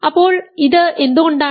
അപ്പോൾ ഇത് എന്തുകൊണ്ടാണ്